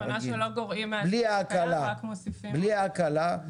בלי ההקלה.